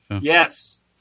yes